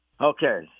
Okay